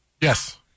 Yes